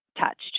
touched